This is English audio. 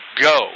Go